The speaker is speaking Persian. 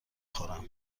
خورم